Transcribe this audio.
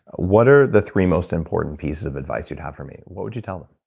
what are the three most important pieces of advice you'd have for me? what would you tell them?